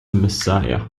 messiah